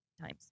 times